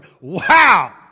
Wow